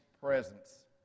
presence